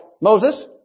Moses